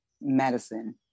medicine